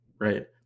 right